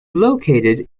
located